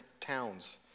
towns